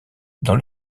dans